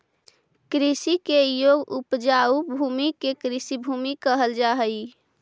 कृषि के योग्य उपजाऊ भूमि के कृषिभूमि कहल जा हई